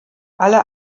alle